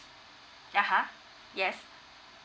(uh huh) yes